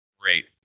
Great